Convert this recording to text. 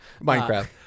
minecraft